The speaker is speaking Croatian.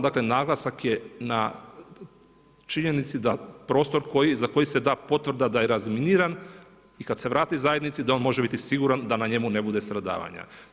Dakle naglasak je na činjenici da prostor za koji se da potvrda da je razminiran i kada se vrati zajednici da on može biti siguran da na njemu ne bude stradavanja.